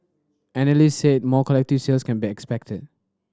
analyst said more collective sales can be expected